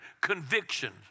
convictions